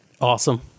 Awesome